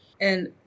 And-